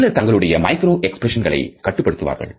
சிலர் தங்களுடைய மைக்ரோ எக்ஸ்பிரஷன்ஸ்களை கட்டுப்படுத்துவார்கள்